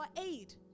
aid